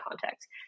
context